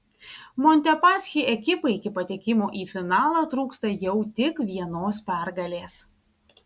montepaschi ekipai iki patekimo į finalą trūksta jau tik vienos pergalės